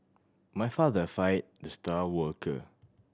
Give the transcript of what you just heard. my father fired the star worker